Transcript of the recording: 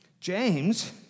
James